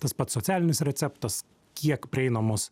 tas pats socialinis receptas kiek prieinamos